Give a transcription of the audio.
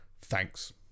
Thanks